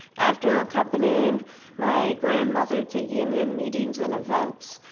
after accompanying my grandmother to union meetings and events,